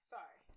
Sorry